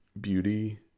beauty